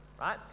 right